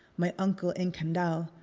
my uncle in kandal.